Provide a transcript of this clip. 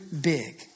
big